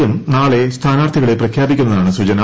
M നാളെ സ്ഥാനാർഥികളെ പ്രഖ്യാപിക്കുമെന്നാണ് സൂചന